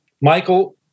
Michael